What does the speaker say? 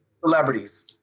Celebrities